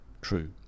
true